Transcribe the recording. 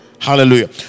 Hallelujah